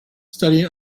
studying